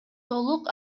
толук